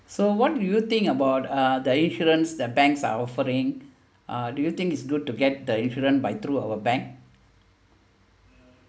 so what do you think about uh the insurance the banks are offering uh do you think it's good to get the insurance by through our bank